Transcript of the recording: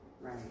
Right